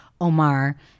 Omar